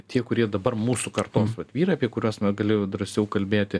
tie kurie dabar mūsų kartos vat vyrai apie kuriuos nu galiu drąsiau kalbėti